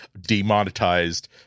demonetized